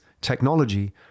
technology